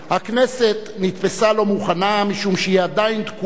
הכנסת נתפסה לא מוכנה משום שהיא עדיין תקועה